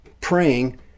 praying